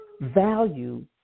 value